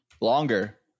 longer